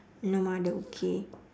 no mother okay